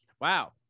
Wow